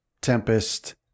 Tempest